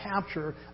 capture